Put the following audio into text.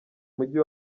mujyi